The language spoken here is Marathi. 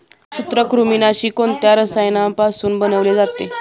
सूत्रकृमिनाशी कोणत्या रसायनापासून बनवले जाते?